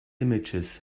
images